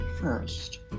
first